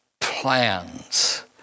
plans